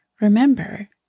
remember